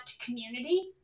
community